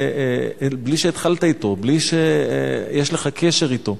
בלי שהתחלת אתו, בלי שיש לך קשר אתו,